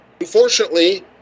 Unfortunately